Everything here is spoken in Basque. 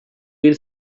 hil